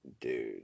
dude